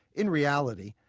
in reality,